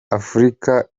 afurika